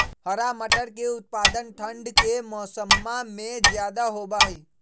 हरा मटर के उत्पादन ठंढ़ के मौसम्मा में ज्यादा होबा हई